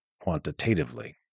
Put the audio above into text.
quantitatively